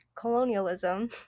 colonialism